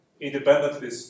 Independently